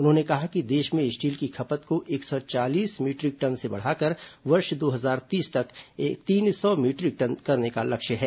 उन्होंने कहा कि देश में स्टील की खपत को एक सौ चालीस मीटरिक टन से बढ़ाकर वर्ष दो हजार तीस तक तीन सौ मीटरिक टन करने का लक्ष्य है